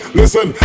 listen